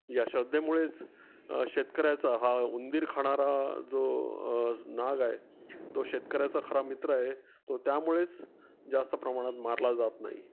या श्रद्धेमुळेच शेतकऱ्याचा हा उंदीर खाणारा जो नाग आहे तो शेतकऱ्याचा खरा मित्र आहे तो त्यामुळेच जास्त प्रमाणात मारला जात नाही